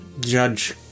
Judge